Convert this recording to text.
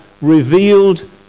revealed